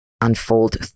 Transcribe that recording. unfold